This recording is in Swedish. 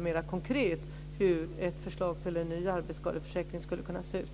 mer konkret presentera hur ett förslag till en ny arbetsskadeförsäkring skulle kunna se ut.